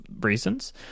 reasons